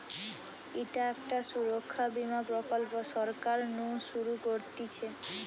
ইটা একটা সুরক্ষা বীমা প্রকল্প সরকার নু শুরু করতিছে